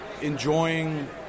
enjoying